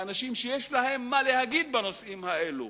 מאנשים שיש להם מה להגיד בנושאים האלו,